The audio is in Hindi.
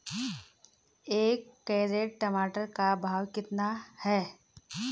एक कैरेट टमाटर का भाव कितना है?